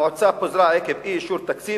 המועצה פוזרה עקב אי-אישור תקציב.